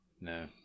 No